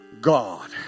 God